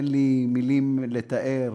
אין לי מילים לתאר.